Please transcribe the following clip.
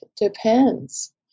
depends